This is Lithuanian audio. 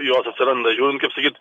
jos atsiranda žiūrint kaip sakyt